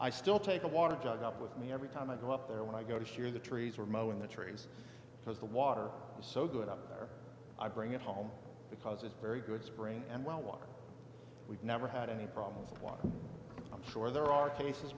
i still take a water jug up with me every time i go up there when i go to sear the trees or mo in the trees because the water is so good up there i bring it home because it's very good spring and well water we've never had any problems with water i'm sure there are cases